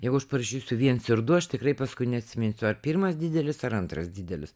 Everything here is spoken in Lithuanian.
jeigu aš parašysiu viens ir du aš tikrai paskui neatsiminsiu ar pirmas didelis ar antras didelis